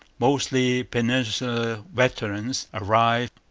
mostly peninsular veterans, arrived.